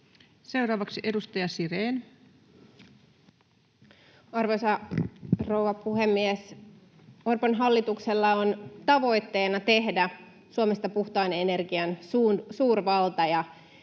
Seuraavaksi edustaja Sirén. Arvoisa rouva puhemies! Orpon hallituksella on tavoitteena tehdä Suomesta puhtaan energian suurvalta ja